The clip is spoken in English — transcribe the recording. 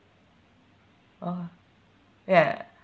oh ya